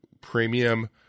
premium